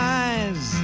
eyes